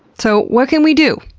so, what can we do?